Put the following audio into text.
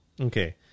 Okay